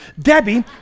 Debbie